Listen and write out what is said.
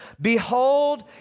Behold